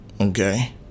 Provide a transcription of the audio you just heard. okay